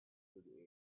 through